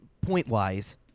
Point-wise